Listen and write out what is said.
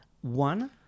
One